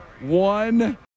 one